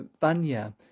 Vanya